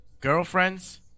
girlfriends